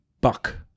buck